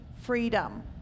freedom